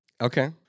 Okay